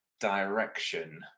direction